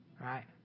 right